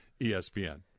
ESPN